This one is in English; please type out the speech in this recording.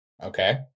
Okay